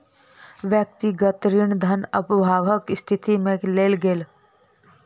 व्यक्तिगत ऋण धन अभावक स्थिति में लेल गेल